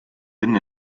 enne